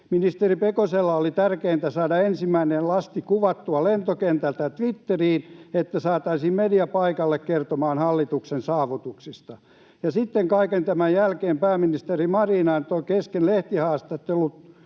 Ministeri Pekoselle oli tärkeintä saada ensimmäinen lasti kuvattua lentokentältä Twitteriin, jotta saataisiin media paikalle kertomaan hallituksen saavutuksista. Sitten kaiken tämän jälkeen pääministeri Marin antoi kesken lehtihaastattelun